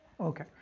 Okay